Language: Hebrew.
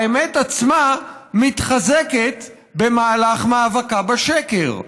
האמת עצמה מתחזקת במהלך מאבקה בשקר.